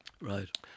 Right